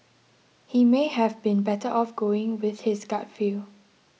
he may have been better off going with his gut feel